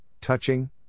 touching